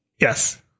Yes